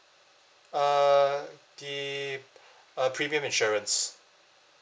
uh the uh premium insurance